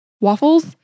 waffles